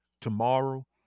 tomorrow